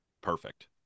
Perfect